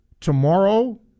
Tomorrow